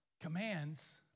commands